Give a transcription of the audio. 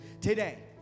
today